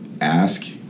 ask